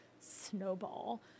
snowball